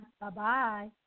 Bye-bye